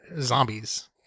zombies